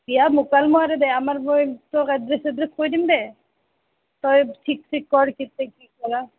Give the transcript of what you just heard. বিয়া মোকালমোৱাতে দে আমাৰ তোক এড্ৰেছ চেড্ৰেছ কৈ দিম দে তই ঠিক চিক কৰ কেতিয়া কি কৰা